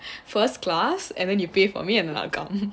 first class and then you pay for me and I'll come